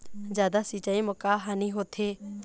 जादा सिचाई म का हानी होथे?